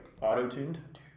Auto-tuned